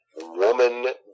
Woman